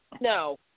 no